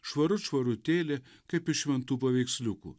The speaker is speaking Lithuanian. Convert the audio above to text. švarut švarutėlė kaip iš šventų paveiksliukų